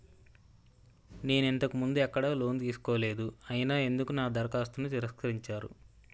నేను ఇంతకు ముందు ఎక్కడ లోన్ తీసుకోలేదు అయినా ఎందుకు నా దరఖాస్తును తిరస్కరించారు?